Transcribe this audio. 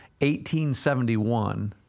1871